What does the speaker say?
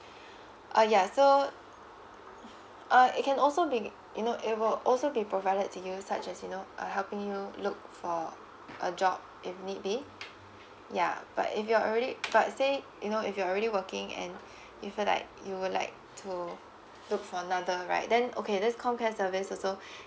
uh ya so mm uh it can also be you know it will also be provided to you such as you know uh helping you look for a job if need be yeah but if you're already but say you know if you're already working and you feel like you would like to look for another right then okay this com care service also